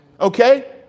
Okay